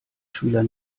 schüler